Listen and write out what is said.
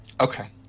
Okay